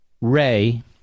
Ray